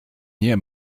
nie